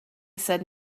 said